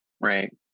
Right